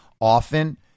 often